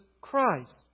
Christ